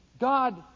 God